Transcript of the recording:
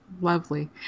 Lovely